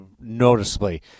noticeably